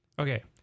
Okay